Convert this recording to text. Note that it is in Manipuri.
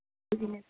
ꯑꯗꯨꯅꯦ